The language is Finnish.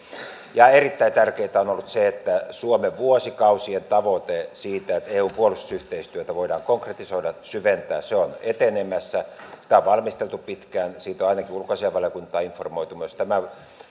erittäin tärkeätä on ollut se että suomen vuosikausien tavoite siitä että eun puolustusyhteistyötä voidaan konkretisoida syventää on etenemässä sitä on valmisteltu pitkään siitä on ainakin ulkoasiainvaliokuntaa informoitu myös tämän